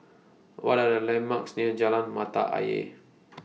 What Are The landmarks near Jalan Mata Ayer